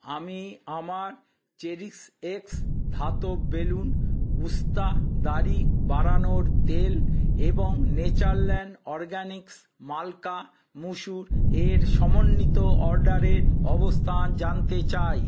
আমি আমার Cherish X ধাতব বেলুন উস্তা দাড়ি বাড়ানোর তেল এবং নেচারল্যান্ড অরগ্যানিক্স মালকা মুসুর এর সমন্বিত অর্ডারের অবস্থান জানতে চাই